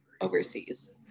overseas